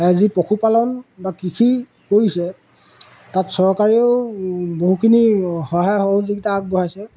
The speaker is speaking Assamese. যি পশুপালন বা কৃষি কৰিছে তাত চৰকাৰেও বহুখিনি সহায় সহযোগিতা আগবঢ়াইছে